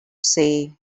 say